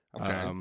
okay